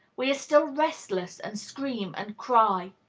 we are still restless, and scream and cry.